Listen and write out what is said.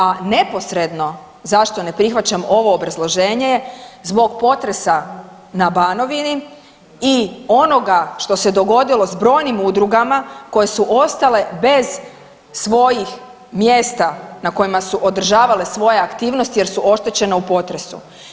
A neposredno zašto ne prihvaćam ovo obrazloženje je zbog potresa na Banovini i onoga što se dogodilo s brojnim udrugama koje su ostale bez svojih mjesta na kojima su održavale svoje aktivnosti jer su oštećene u potresu.